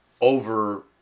over